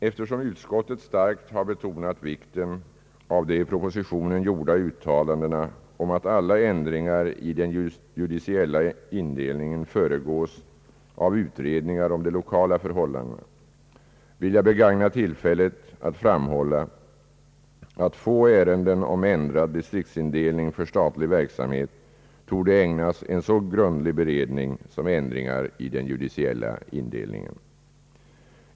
Eftersom utskottet starkt har betonat vikten av de i propositionen gjorda uttalandena om att alla ändringar i den judiciella indelningen föregås av utredningar om de lokala förhållandena, vill jag begagna tillfället att framhålla att få ärenden om ändrad distriktsindelning för statlig verksamhet torde ägnas en så grundlig beredning som ändringar i den judiciella indelningen.